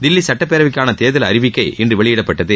தில்லி சட்டப்பேரவைக்கான தேர்தல் அறிவிக்கை இன்று வெளியிடப்பட்டது